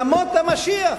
ימות המשיח.